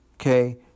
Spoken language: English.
okay